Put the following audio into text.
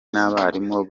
n’abarimu